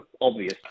obvious